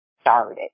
started